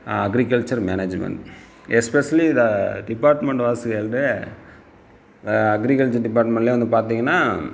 agriculture management especially இது department was held a agriculture டிபார்ட்மெண்ட்டிலே வந்து பார்த்திங்கன்னா